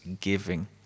giving